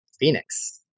phoenix